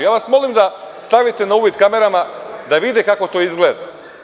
Molim vas da stavite na uvid kamerama, da vide kako to izgleda.